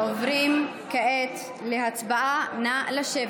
נא לשבת.